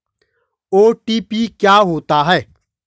OTP क्या होता है?